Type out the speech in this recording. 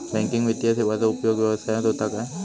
Banking वित्तीय सेवाचो उपयोग व्यवसायात होता काय?